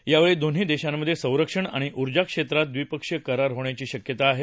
यावेळी दोन्ही देशांमध्ये संरक्षण आणि ऊर्जा क्षेत्रात द्विपक्षीय करार होण्याची शक्यता आहे